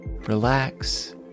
relax